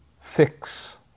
fix